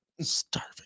Starving